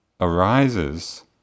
arises